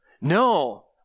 no